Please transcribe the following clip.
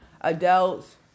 adults